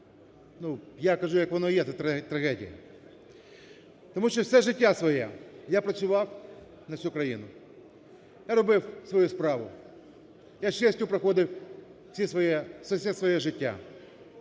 я кажу як воно є, це трагедія. Тому що все життя своє я працював на цю країну. Я робив свою справу. Я з честю проходив все своє життя.